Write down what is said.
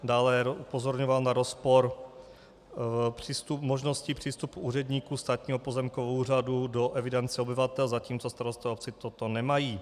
Dále upozorňoval na rozpor možnosti přístupu úředníků Státního pozemkového úřadu do evidence obyvatel, zatímco starostové obcí toto nemají.